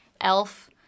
Elf